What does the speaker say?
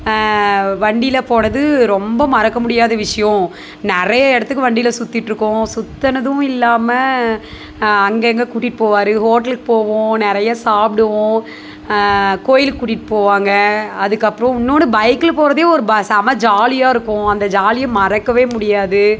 வண்டியில் போனது ரொம்ப மறக்க முடியாத விஷயம் நிறைய இடத்துக்கு வண்டியில் சுற்றிட்ருக்கோம் சுற்றுனதும் இல்லாமல் அங்கேங்க கூட்டிகிட்டு போவாரு ஹோட்டலுக்கு போவோம் நிறைய சாப்பிடுவோம் கோவிலுக்கு கூட்டிகிட்டு போவாங்க அதுக்கப்புறோம் இன்னொன்று பைக்கில் போகிறதே ஒரு ப செம ஜாலியாக இருக்கும் அந்த ஜாலியை மறக்கவே முடியாது